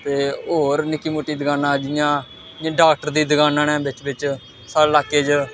ते होर निक्की मुट्टी दकानां जियां जियां डाक्टर दियां दकानां न बिच्च बिच्च साढ़े इलाके च